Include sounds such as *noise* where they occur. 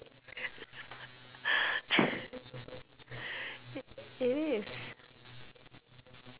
*laughs* it is